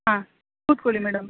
ಹಾಂ ಕೂತುಕೊಳ್ಳಿ ಮೇಡಮ್